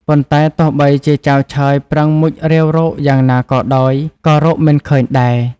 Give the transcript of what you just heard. ប៉ុន្តែទោះបីជាចៅឆើយប្រឹងមុជរាវរកយ៉ាងណាក៏ដោយ ក៏រកមិនឃើញដែរ ។